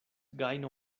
gajno